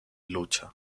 lucha